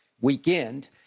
Weekend